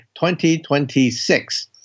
2026